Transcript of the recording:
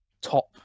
top